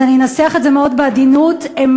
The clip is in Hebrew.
אז אני אנסח את זה מאוד בעדינות: הם